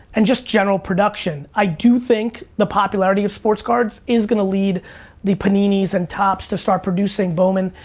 and just general production. i do think the popularity of sports cards is gonna lead the paninis and topps to start producing, bowman,